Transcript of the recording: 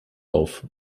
auf